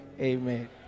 amen